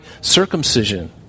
circumcision